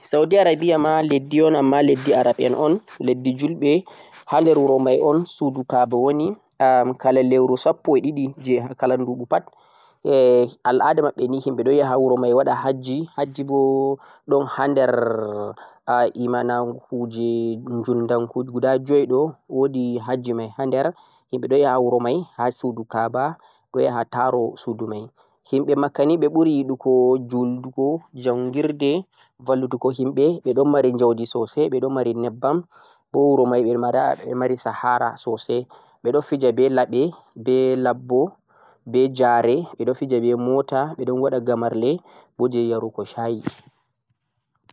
Saudi Arabia ma leddi Arab en un, leddi julɓe har nder wuro mai un sudu ka'aba woni, kala leuru sappo e ɗiɗi je kala ndubu pat e al'ada maɓɓe ni himɓe ɗo yaha ha wuro waɗa hajji, hajji bo ɗon ha ndre imanaku je jundanku guda joi ɗo, wo'di hajji mai ha der himɓe ɗo yaha ha wuro mai ha sudu ka'aba, ɗo yaha ta'ro sudu mai, himɓe makkah ni ɓe puri yiɗugo juldugu, njangirde, vallutugo himɓe ,ɓe ɗo mari njaudi sosai, ɓe ɗo mari nyebbam bo wuro mai ɓe mara ɓe mari sahara sosai, ɓe ɗo fija be laɓi, be labbo, ɓe ja're, ɓe ɗo fija be mota, ɓe ɗon waɗa gamarle bo je yarugo shayi.